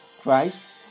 Christ